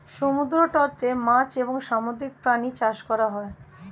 সমুদ্র তটে মাছ এবং সামুদ্রিক প্রাণী চাষ করা হয়